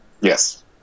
Yes